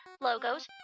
logos